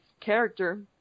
character